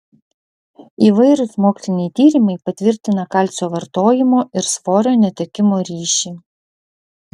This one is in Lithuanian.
įvairūs moksliniai tyrimai patvirtina kalcio vartojimo ir svorio netekimo ryšį